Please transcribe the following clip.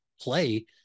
play